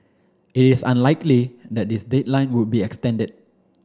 it is unlikely that this deadline would be extended